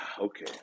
Okay